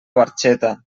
barxeta